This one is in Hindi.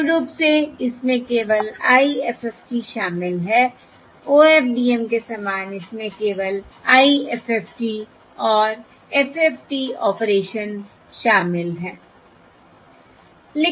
मूल रूप से इसमें केवल IFFT शामिल है OFDM के समान इसमें केवल IFFT और FFT ऑपरेशन शामिल है